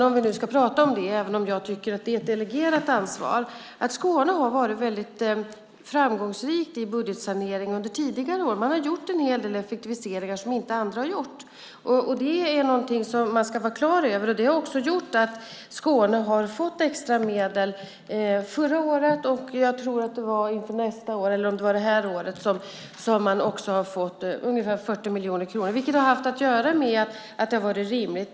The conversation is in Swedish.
Om vi nu ska tala om Skåne, även om jag tycker att det är ett delegerat ansvar, har man i Skåne varit väldigt framgångsrik under budgetsaneringen tidigare år. Man har gjort en hel del effektiviseringar som inte andra har gjort. Det är någonting som vi ska vara klara över. Det har också gjort att Skåne har fått extra medel förra året. Inför nästa år, eller om det var det här året, har man också fått ungefär 40 miljoner kronor. Det har haft att göra med att det har varit rimligt.